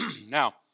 Now